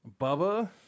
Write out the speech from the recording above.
Bubba